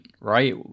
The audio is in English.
right